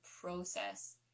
process